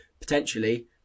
Potentially